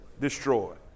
destroyed